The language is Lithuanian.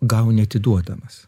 gauni atiduodamas